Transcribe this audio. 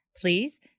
Please